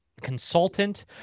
consultant